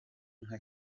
nka